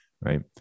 Right